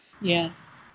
Yes